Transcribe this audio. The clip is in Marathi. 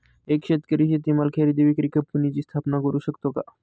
एक शेतकरी शेतीमाल खरेदी विक्री कंपनीची स्थापना करु शकतो का?